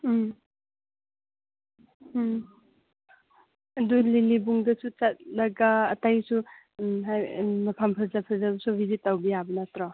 ꯎꯝ ꯎꯝ ꯑꯗꯨ ꯂꯤꯂꯤꯕꯨꯡꯗꯁꯨ ꯆꯠꯂꯒ ꯑꯇꯩꯁꯨ ꯎꯝ ꯍꯣꯏ ꯎꯝ ꯃꯐꯝ ꯐꯖ ꯐꯖꯕꯁꯨ ꯚꯤꯖꯤꯠ ꯇꯧꯕ ꯌꯥꯕ ꯅꯠꯇ꯭ꯔꯣ